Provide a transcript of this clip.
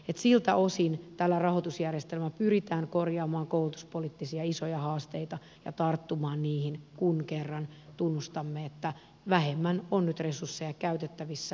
että siltä osin tällä rahoitusjärjestelmällä pyritään korjaamaan koulutuspoliittisia isoja haasteita ja tarttumaan niihin kun kerran tunnustamme että vähemmän on nyt resursseja käytettävissä